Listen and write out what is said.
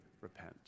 repent